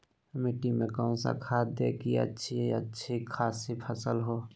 मिट्टी में कौन सा खाद दे की अच्छी अच्छी खासी फसल हो?